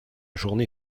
journée